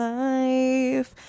life